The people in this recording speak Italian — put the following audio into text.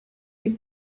più